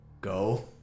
go